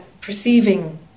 perceiving